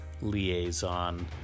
liaison